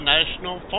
National